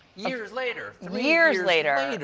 years later. years later,